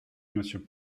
monsieur